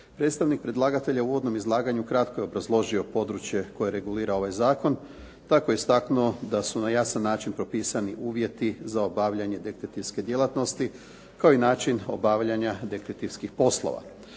Predstavnik predlagatelja u uvodnom izlaganju kratko je obrazložio područje koje regulira ovaj zakon, tako je istaknuo da su na jasan način propisani uvjeti za obavljanje detektivske djelatnosti kao i način obavljanja detektivskih poslova.